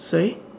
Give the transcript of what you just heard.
sorry